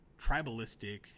tribalistic